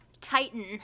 titan